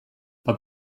but